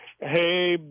Hey